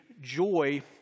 joy